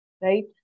right